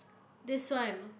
this one